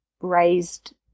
raised